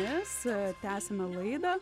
mes tęsiame laidą